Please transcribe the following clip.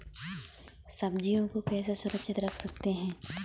सब्जियों को कैसे सुरक्षित रख सकते हैं?